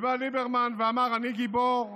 ובא ליברמן ואמר: אני גיבור.